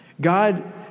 God